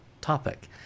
topic